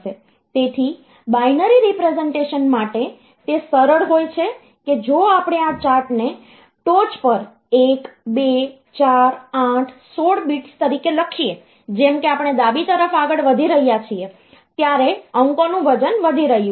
તેથી binary representation માટે તે સરળ હોય છે કે જો આપણે આ ચાર્ટ ને ટોચ પર 1 2 4 8 16 બિટ્સ તરીકે લખીએ જેમ કે આપણે ડાબી તરફ આગળ વધી રહ્યા છીએ ત્યારે અંકોનું વજન વધી રહ્યું છે